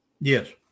Yes